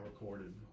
recorded